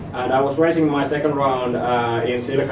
i was raising my second round